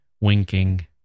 winking